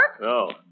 No